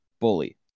bully